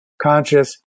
conscious